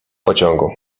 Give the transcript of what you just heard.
pociągu